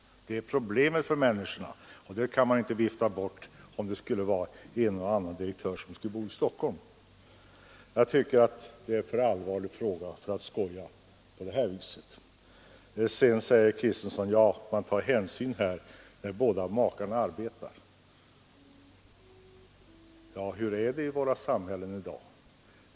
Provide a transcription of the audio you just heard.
Det är problemet för människorna, och det kan man inte vifta bort med att en och annan direktör skulle bo i Stockholm. Det är en för allvarlig fråga för att skojas om på det här viset. Herr Kristenson säger att man tar hänsyn när båda makarna arbetar. Hur är det i våra samhällen i dag?